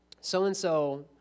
so-and-so